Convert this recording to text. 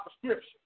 prescription